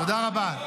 תודה רבה.